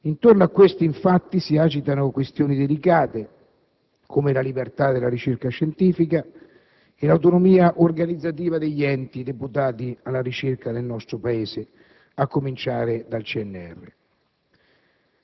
Intorno a questi, infatti, si agitano questioni delicate come la libertà della ricerca scientifica e l'autonomia organizzativa degli enti deputati alla ricerca nel nostro Paese, a cominciare dal CNR.